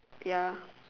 ya